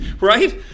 right